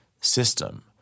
system